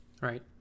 right